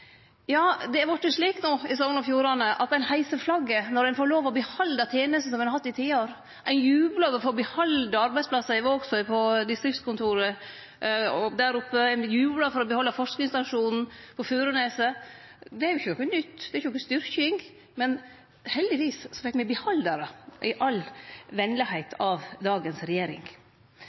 Ja, det har vorte slik no i Sogn og Fjordane at ein heiser flagget når ein får lov å behalde tenester som ein har hatt i tiår, ein jublar over å få behalde arbeidsplassar på distriktskontoret i Vågsøy, ein jublar for å behalde forskingsstasjonen på Furuneset. Det er jo ikkje noko nytt, det er ikkje noka styrking – men heldigvis fekk me behalda det, i all venlegheit, av dagens regjering.